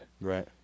Right